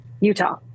Utah